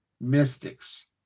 mystics